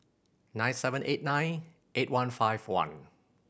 nine seven eight nine eight one five one